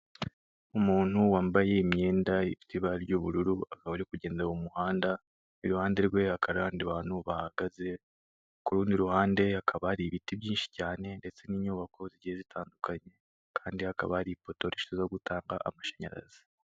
Umuntu wambaye imyenda ifite ibara ry'ubururu akaba ari kugenda mu muhanda, iruhande rwe hakaba hari abandi bahagaze, ku rundi ruhande hakaba hari ibiti byinshi cyane ndetse n'inyubako zigiye zitandukanye, kandi hakaba hari ipoto rishinzwe guta amashanyarazi.